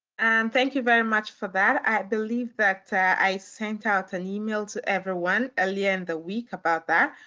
thank you very much for that. i believe that i sent out an email to everyone earlier in the week about that.